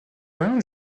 variante